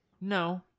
No